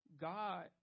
God